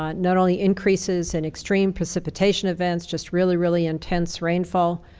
um not only increases in extreme precipitation events, just really, really intense rainfall,